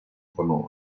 sonore